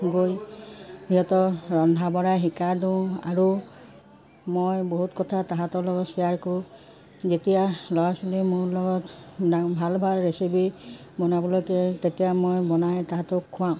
গৈ সিহঁতক ৰন্ধা বঢ়া শিকাই দিওঁ আৰু মই বহুত কথা তাহাঁতৰ লগত শ্বেয়াৰ কৰোঁ যেতিয়া ল'ৰা ছোৱালী মোৰ লগত ভাল ভাল ৰেচিপি বনাবলৈকে তেতিয়া মই বনাই তাহাঁতক খোৱাওঁ